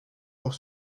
pour